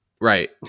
Right